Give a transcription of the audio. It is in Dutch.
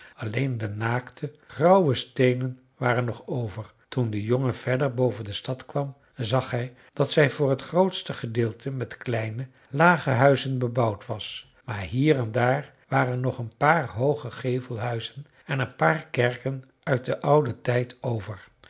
alleen de naakte grauwe steenen waren nog over toen de jongen verder boven de stad kwam zag hij dat zij voor t grootste gedeelte met kleine lage huizen bebouwd was maar hier en daar waren nog een paar hooge gevelhuizen en een paar kerken uit den ouden tijd over